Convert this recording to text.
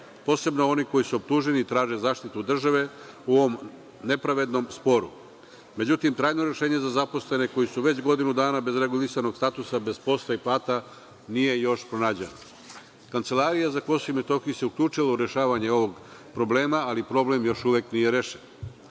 posebno oni koji su optuženi i traže zaštitu države u ovom nepravednom sporu. Međutim, trajno rešenje za zaposlene, koji su već godinu dana bez regulisanog statusa, bez posla i plate, nije još pronađeno. Kancelarija za KiM se uključila u rešavanje ovog problema, ali problem još uvek nije rešen.